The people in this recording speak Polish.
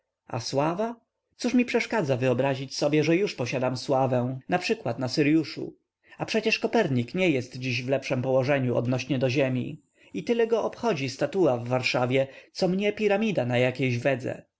sława co mi przeszkadza wyobrać sobie że już posiadam sławę naprzykład na syryuszu a przecież kopernik nie jest dziś w lepszem położeniu odnośnie do ziemi i tyle go obchodzi statua w warszawie co mnie piramida na jakiejś wedze